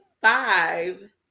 five